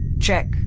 Check